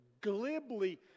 glibly